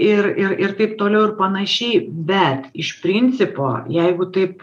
ir ir ir taip toliau ir panašiai bet iš principo jeigu taip